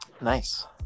Nice